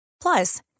Plus